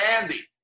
Andy